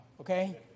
Okay